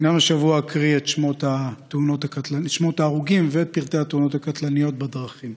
גם השבוע אקריא את שמות ההרוגים ואת פרטי התאונות הקטלניות בדרכים: